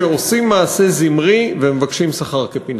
שעושים מעשה זמרי ומבקשים שכר כפנחס.